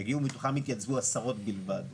שמתוכם התייצבו עשרות בלבד.